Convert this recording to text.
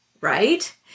right